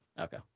okay